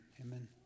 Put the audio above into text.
Amen